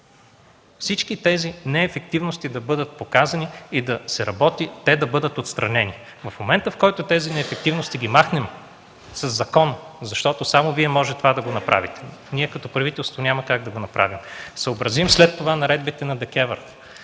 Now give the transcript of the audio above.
Всички тези неефективности да бъдат показани и да се работи те да бъдат отстранени. В момента, в който тези неефективности ги махнем със закон, защото само Вие можете да направите това –ние като правителство няма как да го направим, съобразим след това наредбите на ДКЕВР